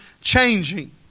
changing